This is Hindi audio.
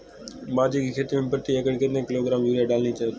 बाजरे की खेती में प्रति एकड़ कितने किलोग्राम यूरिया डालनी होती है?